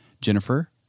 Jennifer